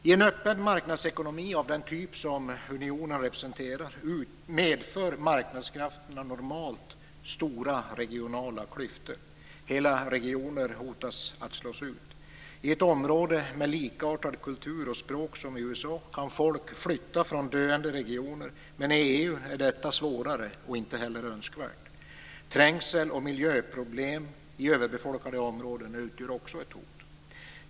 I en öppen marknadsekonomi av den typ som unionen representerar, medför marknadskrafterna normalt stora regionala klyftor. Hela regioner hotas att slås ut. I ett område med likartad kultur och likartat språk som i USA kan folk flytta från döende regioner, men i EU är detta svårare och inte heller önskvärt. Trängsel och miljöproblem i överbefolkade områden utgör också ett hot.